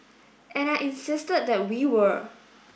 and I insisted that we were